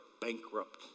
bankrupt